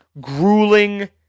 grueling